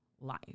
life